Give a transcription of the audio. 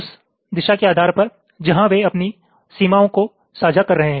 उस दिशा के आधार पर जहां वे अपनी सीमाओं को साझा कर रहे हैं